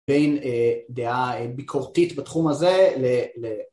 בין דעה ביקורתית בתחום הזה ל...